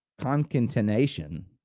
concatenation